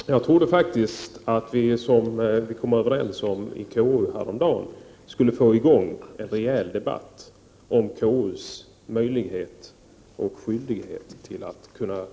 Fru talman! Jag trodde faktiskt att vi, som vi kom överens om i konstitutionsutskottet häromdagen, skulle få i gång en rejäl debatt om konstitutionsutskottets möjlighet och skyldighet att